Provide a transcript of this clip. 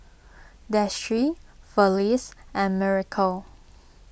Destry Felice and Miracle